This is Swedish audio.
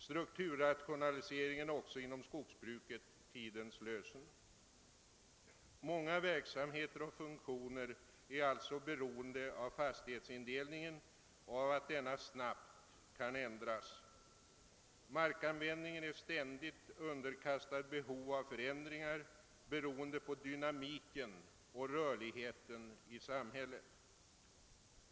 Strukturrationalisering är också inom skogsbruket tidens lösen. Många verksamheter och funktioner är alltså beroende av fastighetsindelningen och av att denna snabbt kan ändras. Markanvändningen är ständigt underkastad krav på förändringar till följd av dynamiken och rörligheten i samhället.